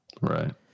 Right